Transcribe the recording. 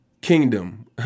kingdom